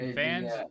fans